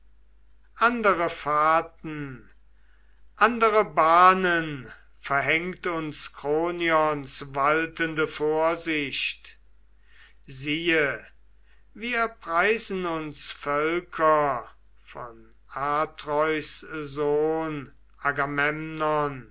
andere fahrten andere bahnen verhängt uns kronions waltende vorsicht siehe wir preisen uns völker von atreus sohn